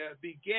began